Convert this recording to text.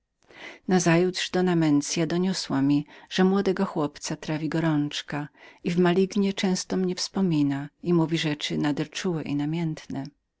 nazajutrz doa mensia doniosłam idoniosła mi że młody chłopiec był trawiony gorączką i w malignie często o mnie wspominał i mówił rzeczy nader czułe i namiętne